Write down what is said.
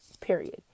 Period